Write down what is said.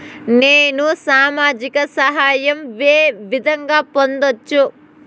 నేను సామాజిక సహాయం వే విధంగా పొందొచ్చు?